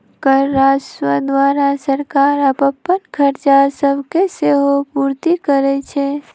कर राजस्व द्वारा सरकार अप्पन खरचा सभके सेहो पूरति करै छै